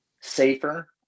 safer